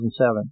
2007